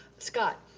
scott.